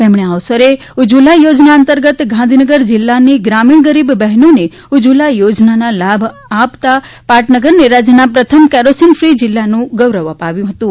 તેમણે આ અવસરે ઉજવલા યોજના અંતર્ગત ગાંધીનગર જિલ્લાની ગ્રામીણ ગરીબ બહેનોને ઉજવલા યોજનાના લાભ આપતાં પાટનગરને રાજ્યના પ્રથમ કેરોસીન ફ્રી જિલ્લાનું ગૌરવ અપાવ્યું હતું